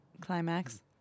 climax